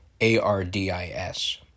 A-R-D-I-S